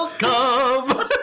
welcome